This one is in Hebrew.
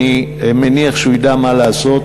אני מניח שהוא ידע מה לעשות.